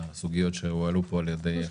הסוגיות שהועלו פה על ידי חברי הכנסת.